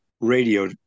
Radio